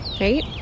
right